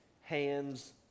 hands